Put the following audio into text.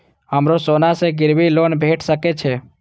हमरो सोना से गिरबी लोन भेट सके छे?